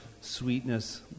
sweetness